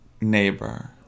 neighbor